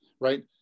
right